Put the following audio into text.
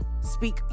speak